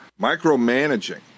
micromanaging